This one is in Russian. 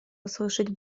услышать